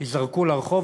ייזרקו לרחוב,